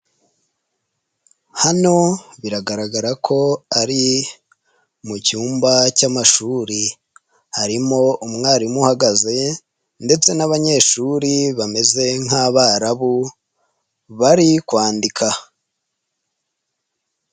Hano biragaragara ko ari mu cyumba cy'amashuri. Harimo umwarimu uhagaze ndetse n'abanyeshuri bameze nk'abarabu bari kwandika.